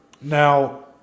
Now